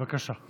בבקשה.